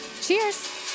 cheers